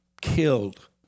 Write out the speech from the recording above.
killed